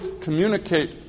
communicate